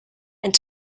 and